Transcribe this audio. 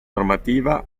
normativa